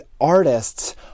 artists